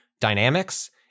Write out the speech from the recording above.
dynamics